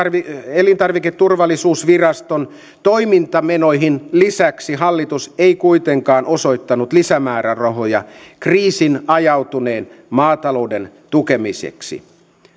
elintarviketurvallisuusviraston toimintamenoihin lisäksi hallitus ei kuitenkaan osoittanut lisämäärärahoja kriisiin ajautuneen maatalouden tukemiseksi